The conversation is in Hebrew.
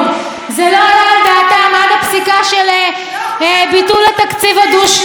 זה לא עלה דעתם עד הפסיקה של ביטול התקציב הדו-שנתי.